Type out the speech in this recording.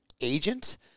agent